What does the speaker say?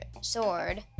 sword